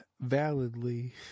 validly